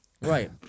right